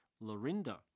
Lorinda